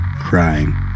crying